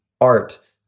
art